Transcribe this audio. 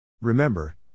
Remember